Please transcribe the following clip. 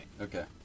Okay